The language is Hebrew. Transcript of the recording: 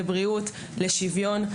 לבריאות ולשיווין.